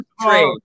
trade